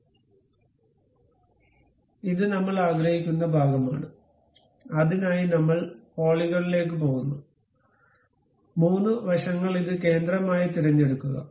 അതിനാൽ ഇത് നമ്മൾ ആഗ്രഹിക്കുന്ന ഭാഗമാണ് അതിനായി നമ്മൾ പോളിഗോണിലേക്ക് പോകുന്നു 3 വശങ്ങൾ ഇത് കേന്ദ്രമായി തിരഞ്ഞെടുക്കുക